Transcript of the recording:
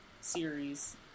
series